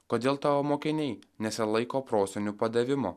kodėl tavo mokiniai nesilaiko prosenių padavimo